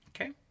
Okay